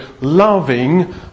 loving